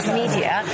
media